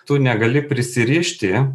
tu negali prisirišti